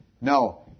No